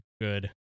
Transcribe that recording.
good